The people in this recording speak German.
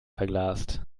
verglast